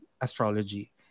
astrology